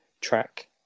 track